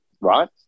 Right